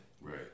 Right